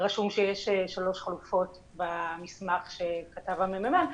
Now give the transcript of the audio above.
ורשום שיש שלוש חלופות במסמך שכתב הממ"מ,